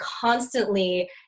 constantly